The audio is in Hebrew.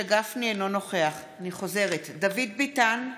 אינו נוכח אני חוזרת: דוד ביטן,